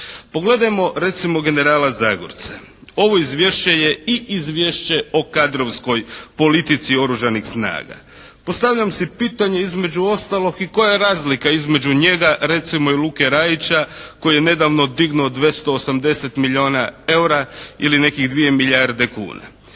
Pogledajmo recimo generala Zagorca, ovo izvješće je i izvješće o kadrovskoj politici Oružanih snaga. Postavljam si pitanje između ostalog, i koja je razlika između njega recimo i Luke Raića koji je nedavno dignuo 280 milijuna eura ili nekih 2 milijarde kuna.